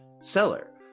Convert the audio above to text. seller